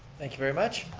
thank you very much.